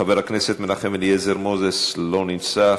חבר הכנסת מנחם אליעזר מוזס, לא נמצא.